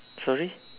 sorry